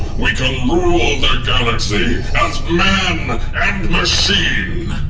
we can rule the galaxy. as man and machine!